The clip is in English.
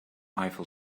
eiffel